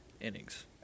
innings